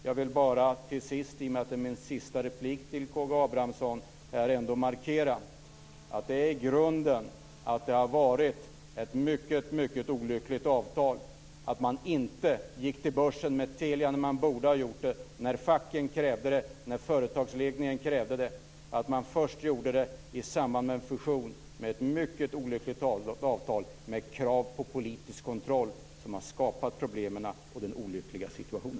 Jag vill till sist, i och med att det är min sista replik till Karl Gustav Abramsson, ändå markera att grunden ändå är att det är ett mycket olyckligt avtal, att man inte gick till börsen med Telia då man borde ha gjort det när facken och företagsledningen krävde det och att man först gjorde det i samband med en fusion med ett mycket olyckligt avtal, med krav på politisk kontroll. Det har skapat de här problemen och denna olyckliga situation.